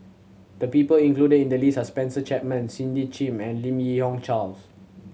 the people included in the list are Spencer Chapman Cindy Sim and Lim Yi Yong Charles